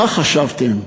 מה חשבתם?